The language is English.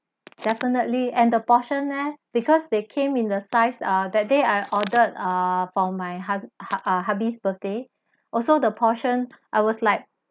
definitely and the portion eh because they came in the size uh that day I ordered err for my hus~hubby's birthday also the portion I was like